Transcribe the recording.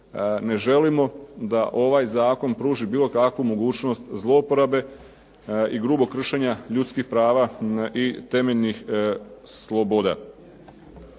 ne želimo da ovaj zakon pruži bilo kakvu mogućnost zlouporabe i grubog kršenja ljudskih prava i temeljnih sloboda.